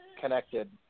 connected